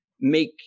make